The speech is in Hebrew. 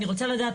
אני רוצה לדעת,